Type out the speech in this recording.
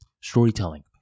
storytelling